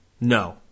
No